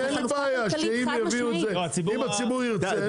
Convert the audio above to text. אני אין לי בעיה שאם יביאו את זה, אם הציבור ירצה.